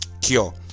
cure